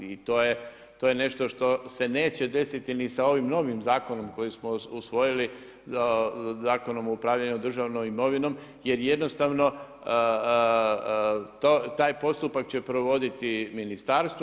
I to je nešto što se neće desiti ni sa ovim novim zakonom koji smo usvojili Zakonom o upravljanju državnom imovinom jer jednostavno taj postupak će provoditi ministarstvo.